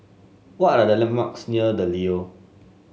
what are the landmarks near The Leo